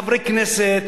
חברי כנסת,